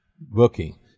booking